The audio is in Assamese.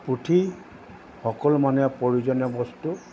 পুথি সকলো মানে প্ৰয়োজনীয় বস্তু